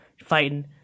fighting